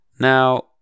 Now